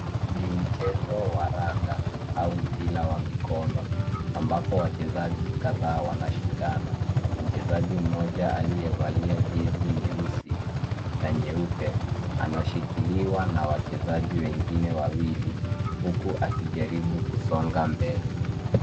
Ni mchezo wa raga au mpira wa mikono ambapo wachezaji kadhaa wanashindana. Mchezaji mmoja aliyevalia jezi nyeusi na nyeupe anashikiliwa na wachezaji wengine wawili huku akijaribu kusonga mbele.